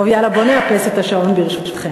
טוב, יאללה, בוא נאפס את השעון, ברשותכן.